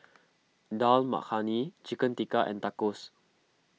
Dal Makhani Chicken Tikka and Tacos